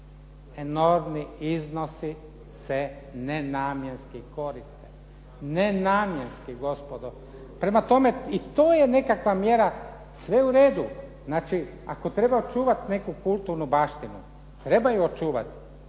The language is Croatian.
Enormni iznosi se nenamjenski koriste, nenamjenski gospodo. Prema tome, i to je nekakva mjera, sve je uredu, znači ako treba čuvati neku kulturnu baštinu treba je očuvati,